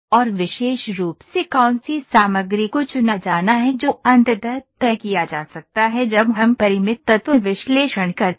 और विशेष रूप से कौन सी सामग्री को चुना जाना है जो अंततः तय किया जा सकता है जब हम परिमित तत्व विश्लेषण करते हैं